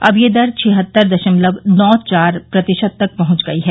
अब यह दर छिहत्तर दशमलव नौ चार प्रतिशत तक पहुंच गई है